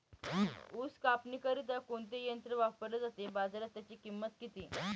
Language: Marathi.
ऊस कापणीकरिता कोणते यंत्र वापरले जाते? बाजारात त्याची किंमत किती?